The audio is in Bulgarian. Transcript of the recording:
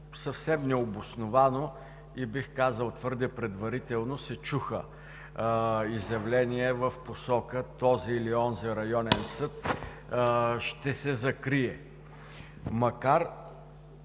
съвсем необосновано, и бих казал, твърде предварително се чуха изявления в посока: този или онзи районен съд ще се закрие, макар